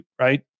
right